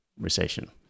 recession